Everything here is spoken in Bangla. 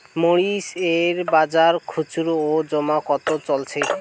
মরিচ এর বাজার খুচরো ও জমা কত চলছে?